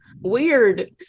Weird